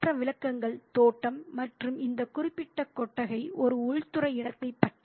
மற்ற விளக்கங்கள் தோட்டம் மற்றும் இந்த குறிப்பிட்ட கொட்டகை ஒரு உள்துறை இடத்தைப் பற்றியது